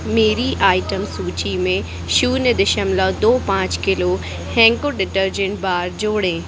मेरी आइटम सूची में शून्य दशमलव दो पाँच किलो हेंको डिटर्जेंट बार जोड़ें